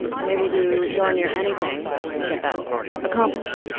and they will do darn near anything to get that accomplished.